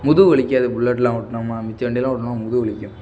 முதுகு வலிக்காது புல்லெட்லாம் ஓட்டினம்மா மிச்ச வண்டியெலாம் ஓட்டினா முதுகு வலிக்கும்